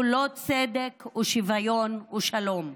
עולם שכולו צדק ושוויון ושלום.